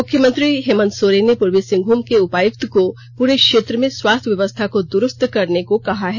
मुख्यमंत्री श्री हेमन्त सोरेन ने पूर्वी सिंहभूम के उपायुक्त को साथ ही पूरे क्षेत्र में भी स्वास्थ्य व्यवस्था को दुरुस्त करने कहा है